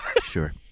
Sure